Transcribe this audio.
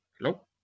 Hello